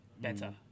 better